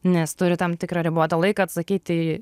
nes turi tam tikrą ribotą laiką atsakyt į